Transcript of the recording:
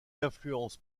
influence